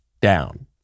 down